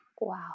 Wow